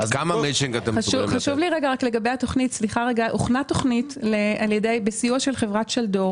הוכנה תוכנית בסיוע של חברת שלדור